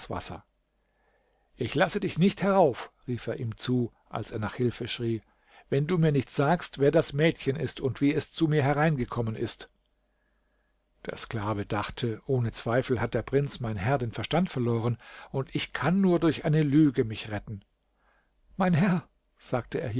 wasser ich lasse dich nicht herauf rief er ihm zu als er nach hilfe schrie wenn du mir nicht sagst wer das mädchen ist und wie es zu mir hereinkommen ist der sklave dachte ohne zweifel hat der prinz mein herr den verstand verloren und ich kann nur durch eine lüge mich retten mein herr sagte er